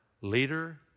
leader